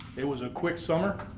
it was a quick summer.